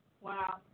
Wow